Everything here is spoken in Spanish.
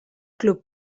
club